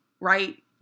right